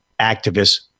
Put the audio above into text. activists